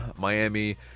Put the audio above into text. Miami